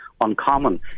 uncommon